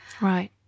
Right